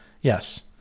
Yes